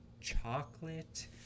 chocolate